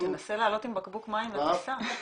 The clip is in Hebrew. תנסה לעלות עם בקבוק מים לטיסה.